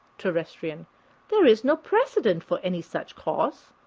terrestrian there is no precedent for any such course.